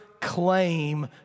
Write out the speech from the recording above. claim